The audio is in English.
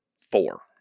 four